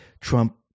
Trump